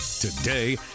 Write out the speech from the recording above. Today